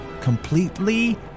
completely